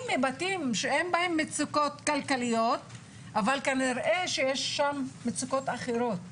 מבתים שאין בהם מצוקות כלכליות אלא מצוקות אחרות כנראה.